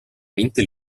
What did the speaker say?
mente